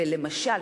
ולמשל,